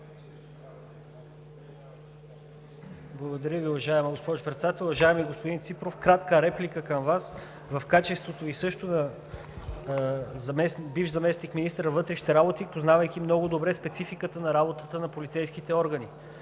Благодаря Ви, госпожо Председател. Уважаеми господин Ципов, кратка реплика към Вас, в качеството Ви също на бивш заместник-министър на вътрешните работи, познавайки много добре спецификата на работата на полицейските органи.